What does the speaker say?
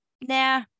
nah